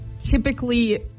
typically